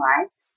lives